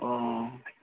ও